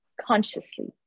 consciously